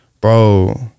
Bro